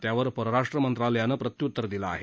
त्यावर परराष्ट्र मंत्रालयानं प्रत्य्तर दिलं आहे